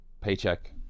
paycheck